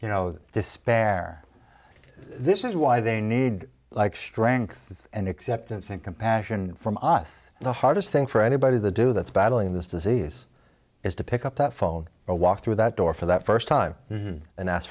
you know the dispair this is why they need like strength and acceptance and compassion from us the hardest thing for anybody the do that's battling this disease is to pick up that phone or walk through that door for that first time and ask